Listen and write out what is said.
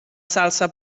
salsa